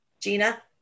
Gina